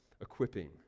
equipping